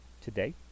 today